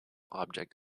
object